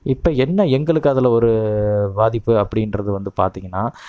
இப்போ என்ன எங்களுக்கு அதில் ஒரு பாதிப்பு அப்படின்றது வந்து பார்த்திங்கன்னா